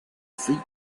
feet